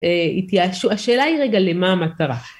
התייאשו, השאלה היא רגע, למה המטרה?